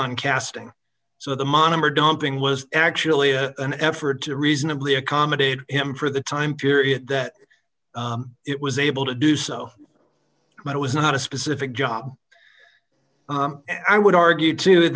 on casting so the monomer dumping was actually a an effort to reasonably accommodate him for the time period that it was able to do so but it was not a specific job i would argue too